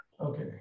Okay